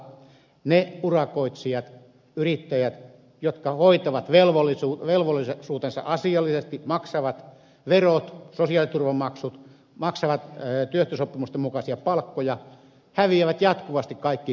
ne urakoitsijat yrittäjät jotka hoitavat velvollisuutensa asiallisesti maksavat verot sosiaaliturvamaksut maksavat työehtosopimusten mukaisia palkkoja häviävät jatkuvasti kaikki urakkakilpailut